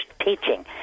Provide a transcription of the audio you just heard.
teaching